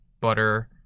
Butter